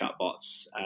chatbots